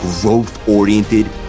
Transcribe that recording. growth-oriented